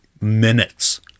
minutes